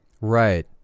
Right